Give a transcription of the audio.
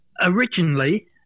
Originally